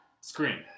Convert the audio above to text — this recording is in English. screen